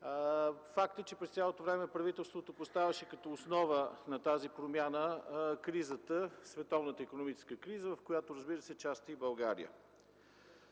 Факт е, че през цялото време правителството поставяше като основа на тази промяна световната икономическа криза, в която, разбира се, част е и България.